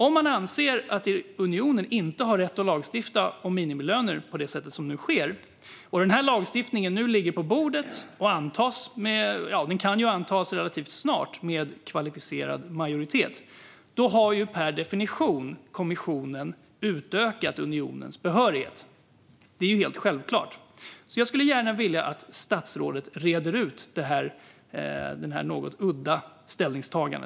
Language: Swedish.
Om man anser att unionen inte har rätt att lagstifta om minimilöner på det sätt som nu sker, och denna lagstiftning nu ligger på bordet och kan antas relativt snart med kvalificerad majoritet, då har kommissionen per definition utökat unionens behörighet. Det är helt självklart. Jag skulle gärna vilja att statsrådet reder ut detta något udda ställningstagande.